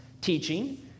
teaching